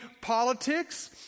politics